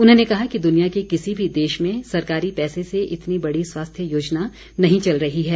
उन्होंने कहा कि दुनिया के किसी भी देश में सरकारी पैसे से इतनी बड़ी स्वास्थ्य योजना नहीं चल रही है